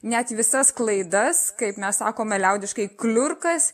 net visas klaidas kaip mes sakome liaudiškai kliurkas